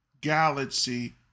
galaxy